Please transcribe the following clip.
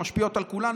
שמשפיעה על כולנו,